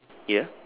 ya